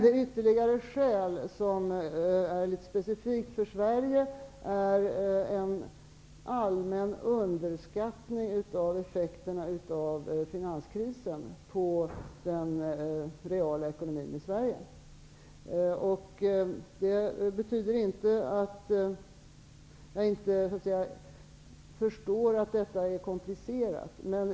Ett ytterligare skäl, som är litet specifikt för Sverige, är en allmän underskattning av effekterna av finanskrisen på den reala ekonomin i Sverige. Jag menar inte att jag inte förstår att det är komplicerat.